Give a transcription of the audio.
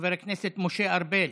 חבר הכנסת משה ארבל,